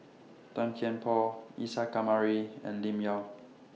Tan Kian Por Isa Kamari and Lim Yau